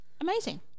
Amazing